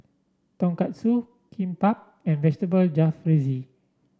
Tonkatsu Kimbap and Vegetable Jalfrezi